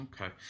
Okay